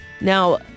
Now